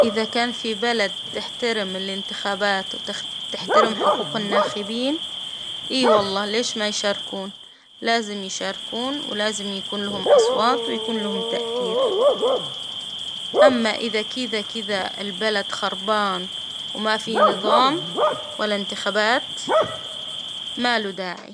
إذا كان في بلد تحترم الإنتخابات تحترم حقوق الناخبين، إي والله ليش ما يشاركونا لازم يشاركون ولازم يكون لهم أصوات ويكون لهم تأثير، أما إذا كذا كذا البلد خربان وما في نظام ولا إنتخابات ما له داعي.